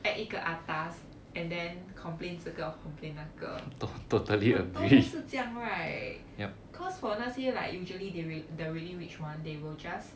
act 一个 atas and then complain 这个 complain 那个很多是这样 right cause for 那些 like usually they rich the really rich one they will just